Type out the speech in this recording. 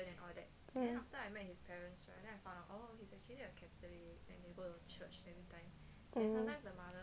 mm